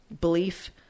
belief